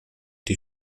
die